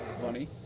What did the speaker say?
Funny